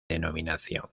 denominación